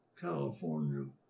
California